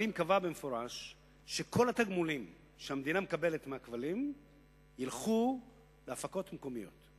שכל התגמולים שהמדינה מקבלת מהכבלים ילכו להפקות מקומיות.